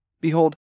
Behold